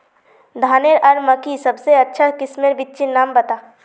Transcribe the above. धानेर आर मकई सबसे अच्छा किस्मेर बिच्चिर नाम बता?